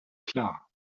klar